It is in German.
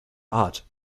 art